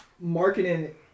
Marketing